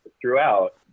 throughout